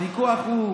הוויכוח הוא: